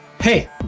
Hey